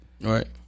Right